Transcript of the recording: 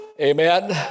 Amen